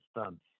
stunts